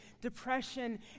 depression